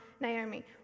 Naomi